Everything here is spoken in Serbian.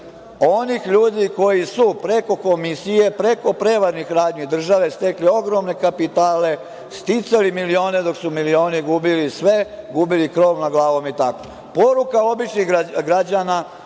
onih ljudi koji su preko Komisije, preko prevarnih radnji u državi stekli ogromne kapitale, sticali milione, dok su milioni gubili sve, gubili krov nad glavom itd. Poruka običnih građana